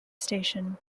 station